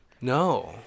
No